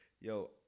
Yo